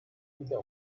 wieder